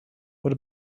what